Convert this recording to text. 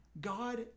God